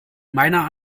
meiner